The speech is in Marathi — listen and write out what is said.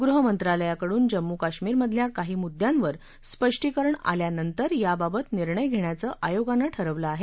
गृहमंत्रालयाकडून जम्मू कश्मीरमधल्या काही मुद्दयांवर स्पष्टीकरण आल्यानंतर याबाबत निर्णय घेण्याचं आयोगानं ठरवलं आहे